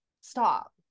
stop